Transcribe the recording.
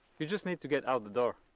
you just need to get out the door.